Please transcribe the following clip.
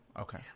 Okay